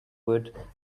would